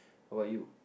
how about you